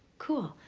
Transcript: cool.